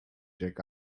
jack